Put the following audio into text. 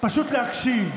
פשוט להקשיב.